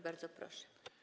Bardzo proszę.